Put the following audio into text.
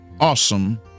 awesome